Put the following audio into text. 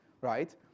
right